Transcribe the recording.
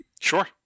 Sure